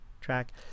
track